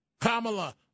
Kamala